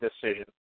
decision